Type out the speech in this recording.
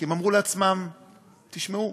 תשמעו,